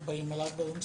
היו באים אלייך ואומרים,